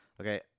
Okay